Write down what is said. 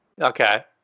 Okay